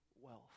wealth